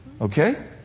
Okay